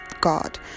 God